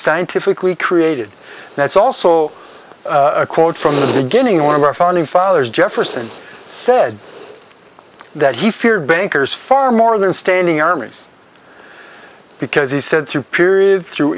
scientifically created that's also a quote from the beginning one of our founding fathers jefferson said that he feared bankers far more than standing armies because he said through periods through